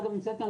אגב נמצאת כאן,